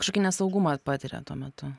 kažkokį nesaugumą patiria tuo metu